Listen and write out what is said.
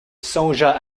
songea